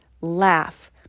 laugh